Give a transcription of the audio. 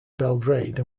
belgrade